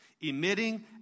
emitting